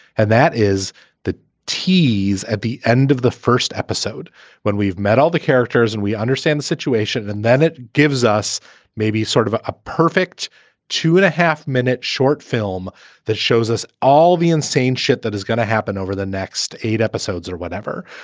and that is the tease at the end of the first episode when we've met all the characters and we understand the situation and then it gives us maybe sort of a a perfect two and a half minute short film that shows us all the insane shit that is going to happen over the next eight episodes or whatever.